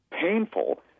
painful